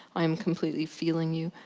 i am completely feeling you,